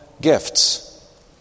gifts